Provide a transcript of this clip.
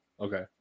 Okay